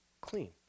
clean